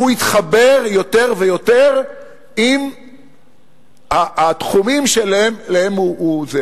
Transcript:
הוא יתחבר יותר ויותר עם התחומים שאליהם הוא קשור.